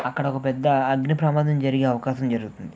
అక్కడ ఒక పెద్ద అగ్ని ప్రమాదం జరిగే అవకాశం జరుగుతుంది